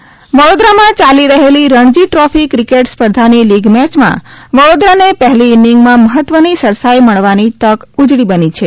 રણજી વડોદરા વડોદરામાં ચાલી રહેલી રણજી ટ્રોફી ક્રિકેટ સ્પર્ધાની લીગ મેચમાં વડોદરાને પહેલી ઇનીંગમાં મહત્વની સરસાઇ મળવાની તક ઉજળી બની છે